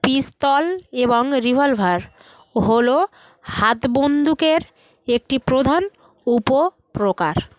পিস্তল এবং রিভলভার হল হাতবন্দুকের একটি প্রধান উপপ্রকার